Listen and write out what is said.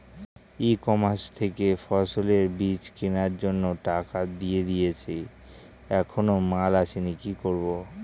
ই commerce থেকে ফসলের বীজ কেনার জন্য টাকা দিয়ে দিয়েছি এখনো মাল আসেনি কি করব?